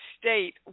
state